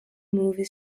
movie